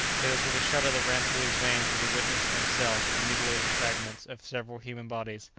but it was with a shudder that ran through his veins that he witnessed for himself the mutilated fragments of several human bodies,